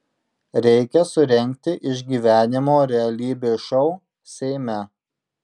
reikia surengti išgyvenimo realybės šou seime